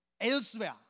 elsewhere